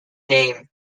name